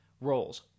roles